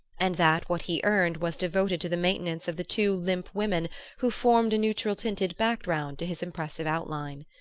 and that what he earned was devoted to the maintenance of the two limp women who formed a neutral-tinted background to his impressive outline.